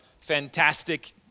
fantastic